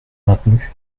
maintenu